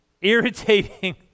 Irritating